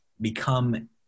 become